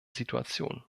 situation